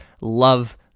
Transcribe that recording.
Love